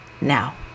now